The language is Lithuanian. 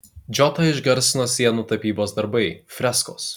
džotą išgarsino sienų tapybos darbai freskos